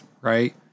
right